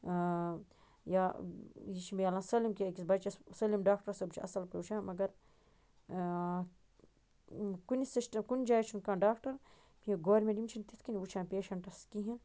آ یا یہِ چھُ ملان سٲلم کیٚنٛہہ أکِس بَچس سٲلم ڈاکٹر صٲب چھُ اَصٕل پٲٹھۍ وٕچھان مگر آ کُنہِ سِسٹم کُنہِ جایہِ چھُ نہٕ کانٛہہ ڈاکٹر یا گورمِنٹ یِم چھِ نہِ تِتھ کٔنۍ وٕچھان پیٚسنٹس کِہیٖنٛۍ